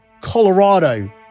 Colorado